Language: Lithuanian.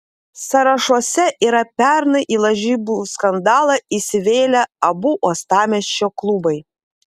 sąrašuose yra pernai į lažybų skandalą įsivėlę abu uostamiesčio klubai